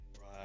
Right